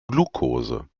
glukose